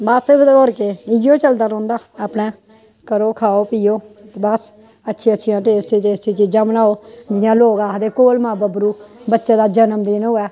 बस ते होर के इ'यो चलदा रौहंदा अपने करो खाओ पियो बस अच्छी अच्छियां टेस्टी टेस्टी चीजां बनाओ जि'यां लोक आखदे घोलमां बब्बरू बच्चे दा जन्मदिन होऐ